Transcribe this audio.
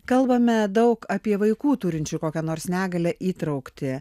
kalbame daug apie vaikų turinčių kokią nors negalią įtrauktį